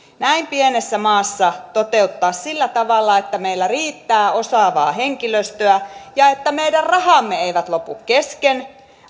näin pienessä maassa toteuttaa sillä tavalla että meillä riittää osaavaa henkilöstöä ja että meidän rahamme eivät lopu kesken